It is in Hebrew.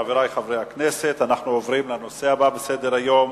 חברי חברי הכנסת, הנושא הבא על סדר-היום: